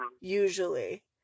Usually